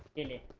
in a